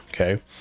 okay